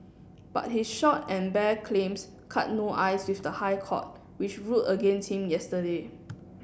but his short and bare claims cut no ice with the High Court which ruled against him yesterday